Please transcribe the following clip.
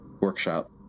workshop